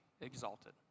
exalted